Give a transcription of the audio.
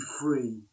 free